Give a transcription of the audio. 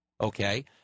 Okay